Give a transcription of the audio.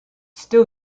still